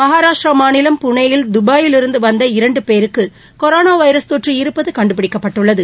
மகாராஷ்டிரா மாநிலம் புனேயில் தபாயிலிருந்து வந்த இரண்டு பேருக்கு கொரோனா வைரஸ் தொற்று இருப்பது கண்டுபிடிக்கப்பட்டுள்ளது